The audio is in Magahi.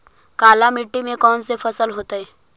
काला मिट्टी में कौन से फसल होतै?